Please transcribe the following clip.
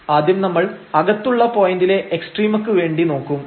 ആദ്യം നമ്മൾ അകത്തുള്ള പോയന്റിലെ എക്സ്ട്രീമക്ക് വേണ്ടി നോക്കും